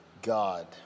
God